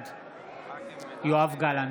בעד יואב גלנט,